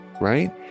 right